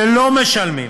שלא משלמים,